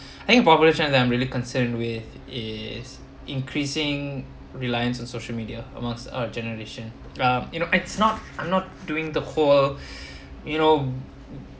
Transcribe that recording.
I think population that I'm really concerned with is increasing reliance on social media amongst our generation um you know it's not I'm not doing the whole you know